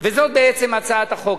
יבוטל הקיזוז, וזאת בעצם הצעת החוק.